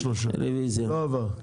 הצבעה ההסתייגויות נדחו לא עבר.